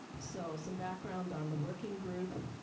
so some background on the working group,